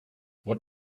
what